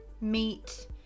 meat